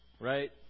right